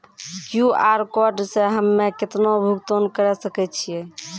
QR code से हम्मय केतना भुगतान करे सके छियै?